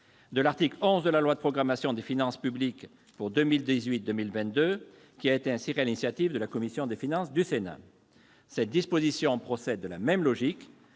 de l'article 11 de la loi de programmation des finances publiques pour les années 2018 à 2022, qui a été inséré sur l'initiative de la commission des finances du Sénat. Cette disposition procède de la même logique